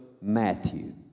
Matthew